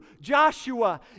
Joshua